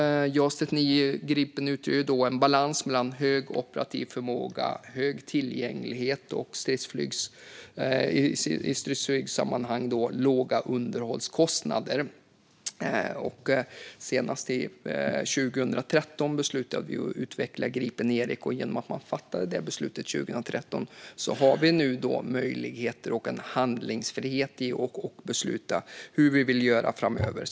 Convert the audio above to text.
Jas 39 Gripen balanserar hög operativ förmåga, hög tillgänglighet och i stridsflygssammanhang låga underhållskostnader. Senast 2013 beslutade man att utveckla Gripen Erik, och det har lett till att det nu finns möjligheter och handlingsfrihet vad gäller hur vi vill göra framöver.